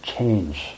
change